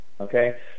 Okay